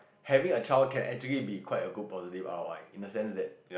having a child can actually be quite a good positive R_O_I in a sense that